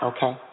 Okay